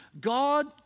God